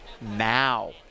now